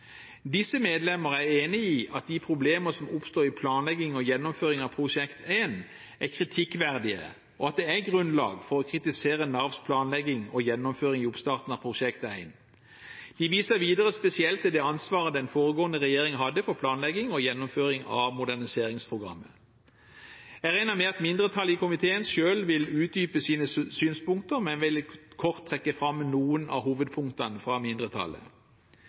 Disse medlemmene er enig i at de problemene som oppsto i planlegging og gjennomføring av Prosjekt 1, er kritikkverdige, og at det er grunnlag for å kritisere Navs planlegging og gjennomføring i oppstarten av Prosjekt 1. De viser videre spesielt til det ansvaret den foregående regjering hadde for planlegging og gjennomføring av moderniseringsprogrammet. Jeg regner med at mindretallet i komiteen selv vil utdype sine synspunkter, men jeg vil kort trekke fram noen av hovedpunktene fra mindretallet.